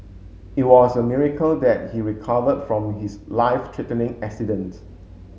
it was a miracle that he recovered from his life threatening accident